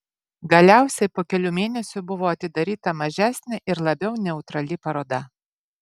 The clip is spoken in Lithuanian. galiausiai po kelių mėnesių buvo atidaryta mažesnė ir labiau neutrali paroda